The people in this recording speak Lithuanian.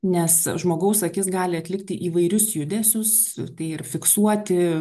nes žmogaus akis gali atlikti įvairius judesius tai ir fiksuoti